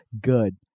good